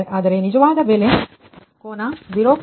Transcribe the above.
ಆದರೆ ನಿಜವಾದ ಬೆಲೆ ಕೋನ 0